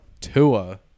Tua